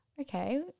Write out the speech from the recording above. Okay